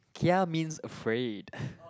kia means afraid